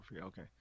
okay